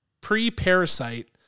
Pre-Parasite